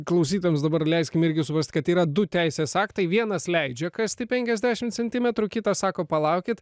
klausytojams dabar leiskim irgi suprast kad yra du teisės aktai vienas leidžia kasti penkiasdešim centimetrų kitos sako palaukit